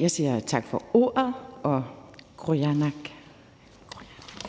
Jeg siger tak for ordet og qujanaq.